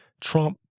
Trump